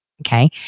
Okay